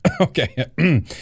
Okay